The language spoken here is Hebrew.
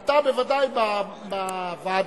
אתה בוודאי בוועדה,